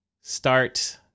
start